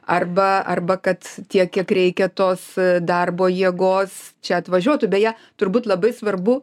arba arba kad tiek kiek reikia tos darbo jėgos čia atvažiuotų beje turbūt labai svarbu